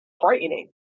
frightening